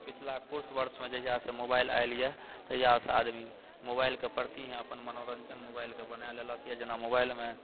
पछिला किछु वर्षमे जहियासँ मोबाइल आयल यऽ तहियासँ आदमी मोबाइलके प्रति अपन मनोरञ्जन मोबाइलके बना लेलक यऽ जेना मोबाइलमे